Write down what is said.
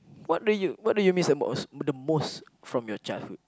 what do you what do you miss the most the most from your childhood